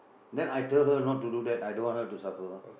then I tell her not to do that I don't want her to suffer ah